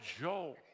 Joel